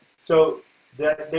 so there